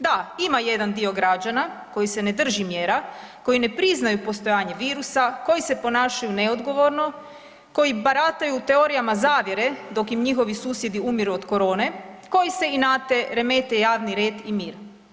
Da ima jedan dio građana koji se ne drži mjera, koji ne priznaju postojanje virusa, koji se ponašaju neodgovorno, koji barataju teorijama zavjere dok im njihovi susjedi umiro od korone, koji se inate javni red i mir.